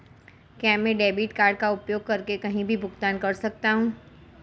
क्या मैं debit card का उपयोग करके कहीं भी भुगतान कर सकता हूं?